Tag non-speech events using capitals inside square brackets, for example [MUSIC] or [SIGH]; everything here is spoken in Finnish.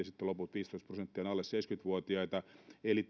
[UNINTELLIGIBLE] sitten loput viisitoista prosenttia ovat alle seitsemänkymmentä vuotiaita eli [UNINTELLIGIBLE]